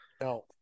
No